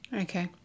Okay